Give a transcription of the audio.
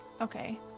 Okay